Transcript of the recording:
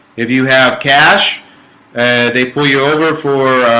if you have cash and they pull you over for